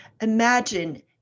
Imagine